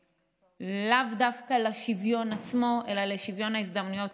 לאו דווקא לשוויון עצמו אלא לשוויון ההזדמנויות,